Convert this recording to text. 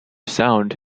sound